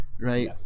Right